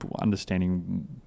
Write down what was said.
understanding